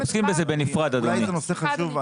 אולי זה נושא חשוב.